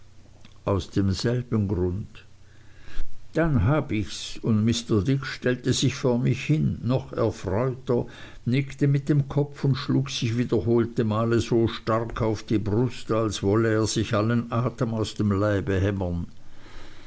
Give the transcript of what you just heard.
aus demselben grund dann hab ichs und mr dick stellte sich vor mich hin noch erfreuter nickte mit dem kopf und schlug sich wiederholte male so stark auf die brust als wolle er sich allen atem aus dem leibe hämmern